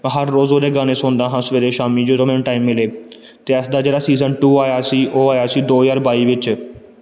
ਹਰ ਰੋਜ਼ ਉਹਦੇ ਗਾਣੇ ਸੁਣਦਾ ਹਾਂ ਸਵੇਰੇ ਸ਼ਾਮੀ ਜਦੋਂ ਮੈਨੂੰ ਟਾਈਮ ਮਿਲੇ ਅਤੇ ਇਸ ਦਾ ਜਿਹੜਾ ਸੀਜ਼ਨ ਟੂ ਆਇਆ ਸੀ ਉਹ ਆਇਆ ਸੀ ਦੋ ਹਜ਼ਾਰ ਬਾਈ ਵਿੱਚ